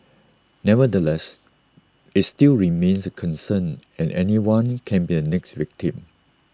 nevertheless IT still remains A concern and anyone can be the next victim